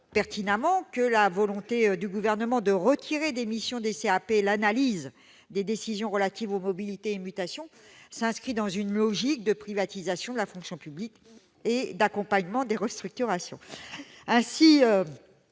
pertinemment que la volonté du Gouvernement de retirer des missions des CAP l'analyse des décisions relatives aux mobilités et aux mutations s'inscrit dans une logique de privatisation de la fonction publique et d'accompagnement des restructurations. Ainsi,